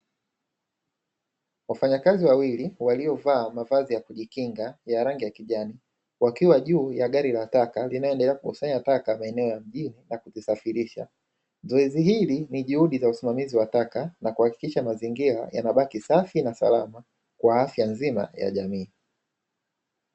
Wafanyakazi wawili waliovaa mavazi ya kujikinga ya rangi ya kijani, wakiwa juu ya gari la taka linaloendelea kukusanya taka maeneo ya mjini na kuzisafirisha. Zoezi hili ni juhudi za usimamizi wa taka, na kuhakikisha mazingira yanabaki safi na salama kwa afya nzima ya jamii.